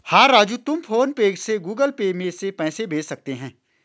हां राजू तुम PhonePe से गुगल पे में पैसे भेज सकते हैं